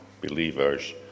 believers